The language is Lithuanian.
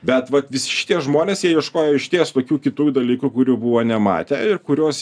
bet vat šitie žmonės jie ieškojo išties tokių kitų dalykų kurių buvo nematę ir kuriuos